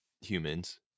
humans